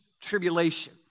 tribulation